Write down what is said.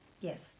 Yes